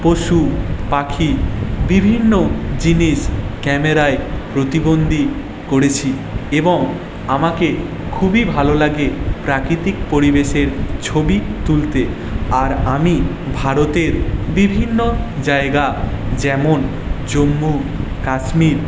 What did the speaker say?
পশু পাখি বিভিন্ন জিনিস ক্যামেরায় প্রতিবন্দী করেছি এবং আমাকে খুবই ভালো লাগে প্রাকৃতিক পরিবেশের ছবি তুলতে আর আমি ভারতের বিভিন্ন জায়গা যেমন জম্মু কাশ্মীর